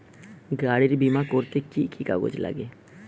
গাড়ীর বিমা করতে কি কি কাগজ লাগে?